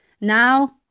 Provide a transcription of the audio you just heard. Now